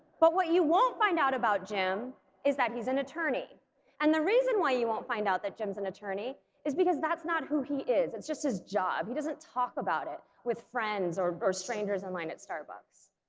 but what you won't find out about jim is that he's an attorney and the reason why you won't find out that jim's an and attorney is because that's not who he is it's just his job doesn't talk about it with friends or or strangers in line at starbucks,